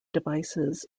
devices